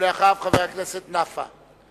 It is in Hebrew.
ואחריו, חבר הכנסת נפאע.